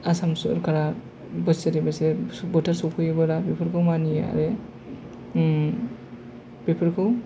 आसाम सोरकारा बोसोरे बोसोर बोथोर सफैयोब्ला बेफोरखौ मानियो आरो बेफोरखौ